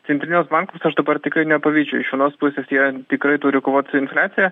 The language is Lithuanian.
centrinius bankus aš dabar tikrai nepavydžiu iš vienos pusės jie tikrai turi kovot su infliacija